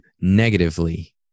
negatively